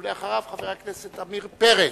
ואחריו, חבר הכנסת עמיר פרץ,